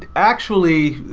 actually,